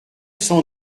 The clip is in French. cent